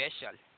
special